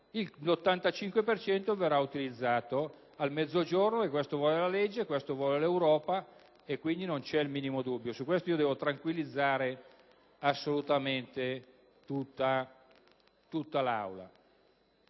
cento verrà utilizzato nel Mezzogiorno: questo vuole la legge, questo vuole l'Europa e quindi non c'è il minimo dubbio. In proposito devo tranquillizzare assolutamente tutta l'Assemblea.